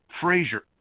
Frazier